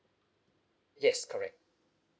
yes correct